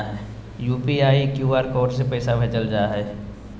UPI, QR code से पैसा भेजल जा हइ